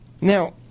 Now